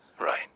right